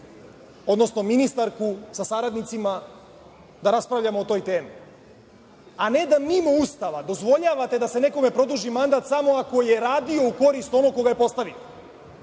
odnosno ministarku sa saradnicima da raspravljamo o toj temi, a ne da mimo Ustava dozvoljavate da se nekome produži mandat samo ako je radio u korist onog ko ga je postavio.